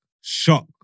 shock